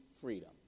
freedom